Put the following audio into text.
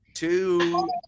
Two